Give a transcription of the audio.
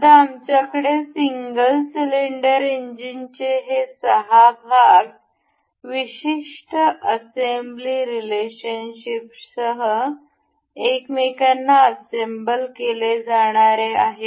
आता आमच्याकडे single cylinder इंजिनचे हे 6 भाग विशिष्ट असेंब्ली रिलेशनशिपसह एकमेकांना असेंबल केले जाणारे आहेत